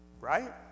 Right